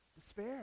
despair